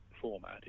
format